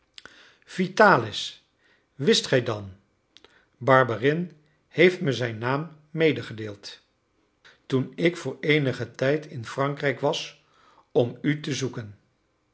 vitalis wist gij dan barberin heeft me zijn naam meegedeeld toen ik voor eenigen tijd in frankrijk was om u te zoeken